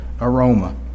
aroma